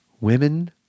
Women